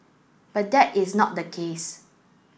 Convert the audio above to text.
but that is not the case